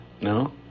No